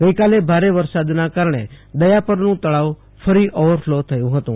ગઈકાલે ભારે વરસાદના કારણે દયાપરનું તળાવ ફરી ઓવરફલો થયું હતું